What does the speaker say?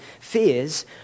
fears